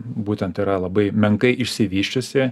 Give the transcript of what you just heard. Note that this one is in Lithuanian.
būtent yra labai menkai išsivysčiusi